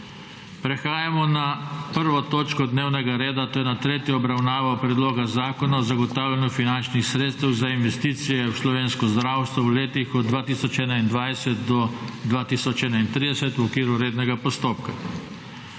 s****prekinjeno 1. točko dnevnega reda, to je s tretjo obravnavo Predloga zakona o zagotavljanju finančnih sredstev za investicije v slovensko zdravstvo v letih od 2021 do 2031****v okviru rednega postopka.**